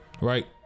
Right